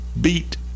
beat